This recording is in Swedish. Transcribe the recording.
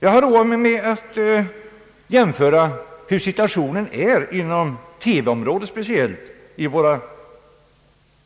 Jag har roat mig med att jämföra hur situationen är inom TV-området speciellt i våra